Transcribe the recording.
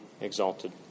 exalted